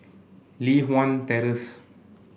Li Hwan Terrace